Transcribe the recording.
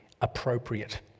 appropriate